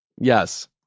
Yes